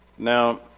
Now